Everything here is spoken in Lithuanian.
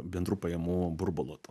bendrų pajamų burbulo to